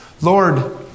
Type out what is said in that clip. Lord